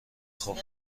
خوب